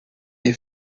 des